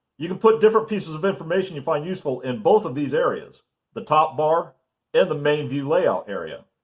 you can put different pieces of information you find useful in both of these areas the top bar and the main view layout area.